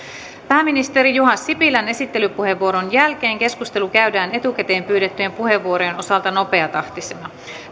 pääministeri juha sipilän esittelypuheenvuoron jälkeen keskustelu käydään etukäteen pyydettyjen puheenvuorojen osalta nopeatahtisena